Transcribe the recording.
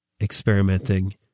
experimenting